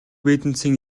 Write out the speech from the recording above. бизнесийн